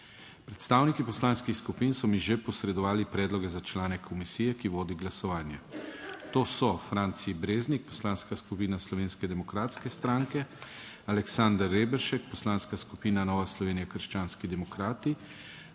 Predstavniki poslanskih skupin so mi že posredovali predloge za člane komisije, ki vodi glasovanje. To so: Franci Breznik Poslanska skupina Slovenske demokratske stranke, Aleksander Reberšek Poslanska skupina Nova Slovenija - Krščanski demokrati,